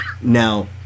now